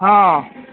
हँ